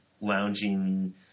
lounging